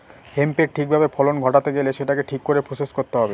হেম্পের ঠিক ভাবে ফলন ঘটাতে গেলে সেটাকে ঠিক করে প্রসেস করতে হবে